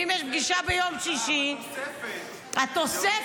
ואם יש פגישה ביום שישי -- התוספת ----- התוספת